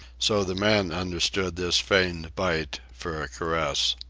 so the man understood this feigned bite for a caress.